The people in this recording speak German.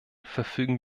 verfügen